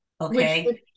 okay